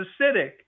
acidic